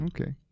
Okay